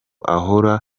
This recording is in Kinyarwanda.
ahora